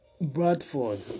Bradford